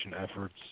efforts